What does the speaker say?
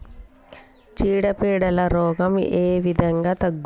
చీడ పీడల రోగం ఏ విధంగా తగ్గుద్ది?